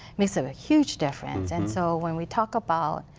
makes a huge difference. and so when we talk about